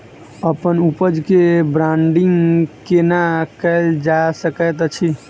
अप्पन उपज केँ ब्रांडिंग केना कैल जा सकैत अछि?